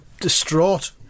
distraught